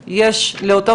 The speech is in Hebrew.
אין על זה פיקוח,